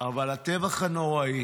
אבל הטבח הנוראי